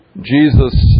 Jesus